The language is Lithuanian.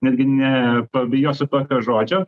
netgi nepabijosiu tokio žodžio